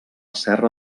serra